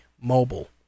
Mobile